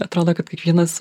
atrodo kad kiekvienas